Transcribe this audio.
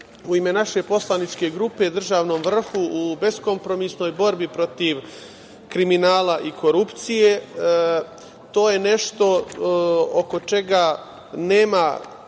u ime naše poslaničke grupe državnom vrhu u beskompromisnoj borbi protiv kriminala i korupcije. To je nešto oko čega nema